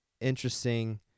interesting